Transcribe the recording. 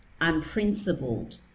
unprincipled